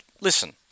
listen